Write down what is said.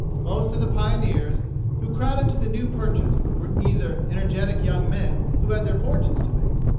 most of the pioneers who crowded to the new purchase were either energetic young men who had their fortunes to make,